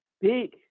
big